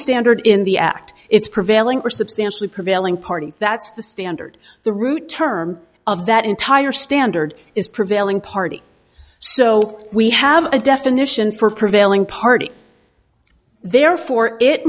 standard in the act it's prevailing or substantially prevailing party that's the standard the root term of that entire standard is prevailing party so we have a definition for prevailing party therefore it